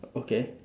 okay